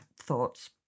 thoughts